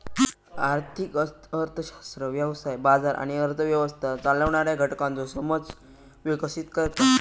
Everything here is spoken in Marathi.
आर्थिक अर्थशास्त्र व्यवसाय, बाजार आणि अर्थ व्यवस्था चालवणाऱ्या घटकांचो समज विकसीत करता